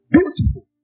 Beautiful